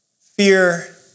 fear